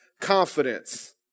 confidence